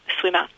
swimmer